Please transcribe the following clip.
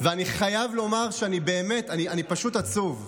ואני חייב לומר שאני באמת פשוט עצוב.